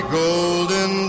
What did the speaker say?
golden